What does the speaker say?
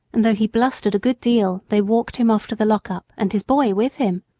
and though he blustered a good deal they walked him off to the lock-up, and his boy with him.